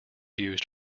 used